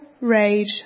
rage